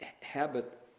habit